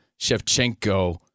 Shevchenko